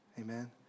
Amen